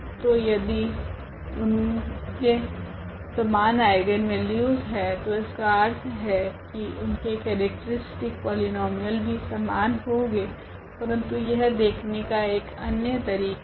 तो यदि उनके समान आइगनवेल्यूस है तो इसका अर्थ है की उनके केरेक्ट्रीस्टिक पोलीनोमीयल भी समान होगे परंतु यह देखने का एक अन्य तरीका है